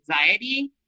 anxiety